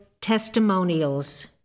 Testimonials